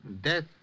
Death